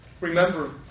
Remember